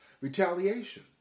retaliation